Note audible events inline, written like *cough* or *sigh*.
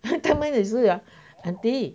他们也是 *laughs* auntie